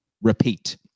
Repeat